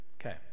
Okay